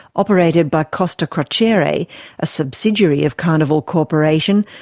operated by costa crociere, a ah subsidiary of carnival corporation,